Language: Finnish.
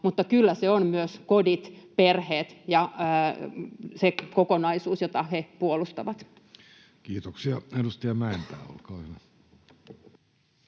mutta kyllä se on myös kodit, perheet ja se kokonaisuus, jota he puolustavat. Kiitoksia. — Edustaja Mäenpää, olkaa hyvä.